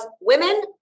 women